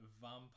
vampire